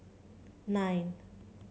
nine